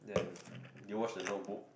then do you watch the notebook